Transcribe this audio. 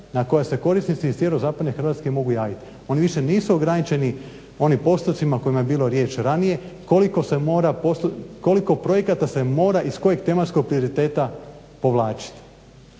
na koja se korisnici iz sjeverozapadne Hrvatske mogu javiti. Oni više nisu ograničeni onim postocima o kojima je bilo riječ ranije koliko se mora, koliko projekata se mora i s kojeg tematskog prioriteta povlačiti.